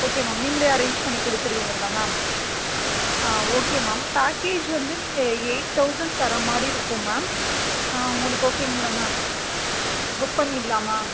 okay ma'am நீங்களே arrange பண்ணி கொடுத்துருவீங்கல்ல மேம் ஆ ஓகே மேம் பேக்கேஜ் வந்து நீங்கள் எயிட் தௌசண்ட் தர மாதிரி இருக்கும் மேம் உங்களுக்கு ஓகேங்கல்ல மேம் புக் பண்ணிவிடலாமா